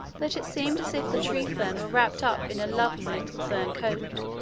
that it seemed as if the tree-fern were wrapped up in a lovely little fern coat.